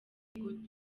good